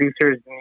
producers